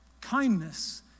Kindness